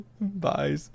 bye